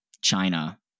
China